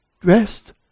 dressed